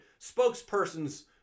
spokespersons